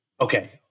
okay